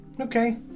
Okay